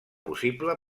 possible